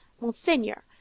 Monseigneur